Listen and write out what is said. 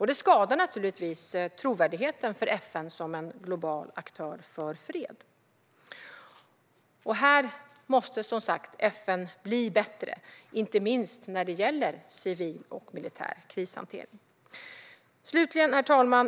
Det skadar naturligtvis trovärdigheten för FN som global aktör för fred. FN måste bli bättre. Det gäller inte minst civil och militär krishantering. Herr talman!